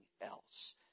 else